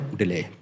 delay